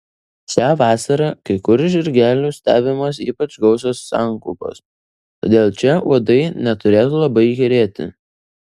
šią vasarą kai kur žirgelių stebimos ypač gausios sankaupos todėl čia uodai neturėtų labai įkyrėti